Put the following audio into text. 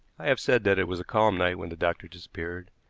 i have said that it was a calm night when the doctor disappeared,